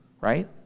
right